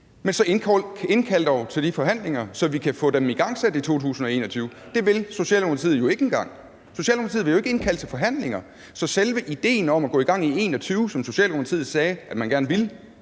men så indkald dog til de forhandlinger, så vi kan få dem igangsat i 2021. Det vil Socialdemokratiet jo ikke engang. Socialdemokratiet vil jo ikke indkalde til forhandlinger, så selve ideen om at gå i gang i 2021, som Socialdemokratiet sagde man gerne ville,